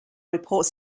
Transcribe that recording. reports